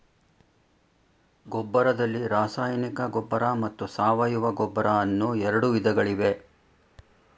ಗೊಬ್ಬರದಲ್ಲಿ ರಾಸಾಯನಿಕ ಗೊಬ್ಬರ ಮತ್ತು ಸಾವಯವ ಗೊಬ್ಬರ ಅನ್ನೂ ಎರಡು ವಿಧಗಳಿವೆ